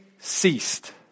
ceased